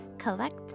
Collect